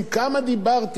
כמה דיברתי פה.